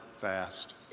fast